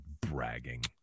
Bragging